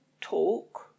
talk